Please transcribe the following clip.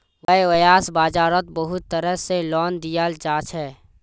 वैव्साय बाजारोत बहुत तरह से लोन दियाल जाछे